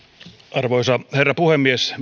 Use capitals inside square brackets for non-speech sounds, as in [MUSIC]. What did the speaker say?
arvoisa herra puhemies [UNINTELLIGIBLE]